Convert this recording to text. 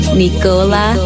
nicola